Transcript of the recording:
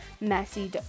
messy